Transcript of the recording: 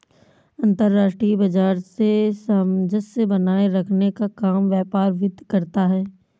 अंतर्राष्ट्रीय बाजार में सामंजस्य बनाये रखने का काम व्यापार वित्त करता है